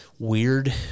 Weird